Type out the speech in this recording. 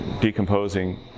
decomposing